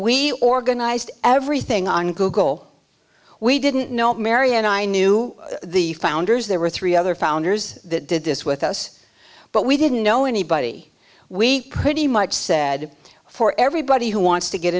we organized everything on google we didn't know mary and i knew the founders there were three other founders that did this with us but we didn't know anybody we pretty much said for everybody who wants to get